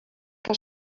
que